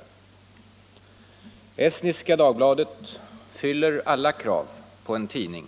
Nr 80 Estniska Dagbladet fyller alla krav på en tidning